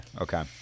Okay